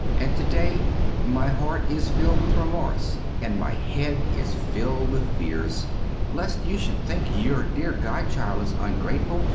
and to-day my heart is filled with remorse and my head is filled with fears lest you should think your dear godchild is ungrateful,